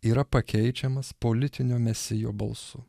yra pakeičiamas politinio mesijo balsu